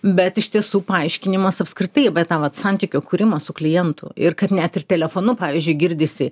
bet iš tiesų paaiškinimas apskritai vą tą vat santykio kūrimą su klientu ir kad net ir telefonu pavyzdžiui girdisi